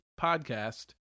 podcast